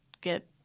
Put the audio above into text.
get